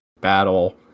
battle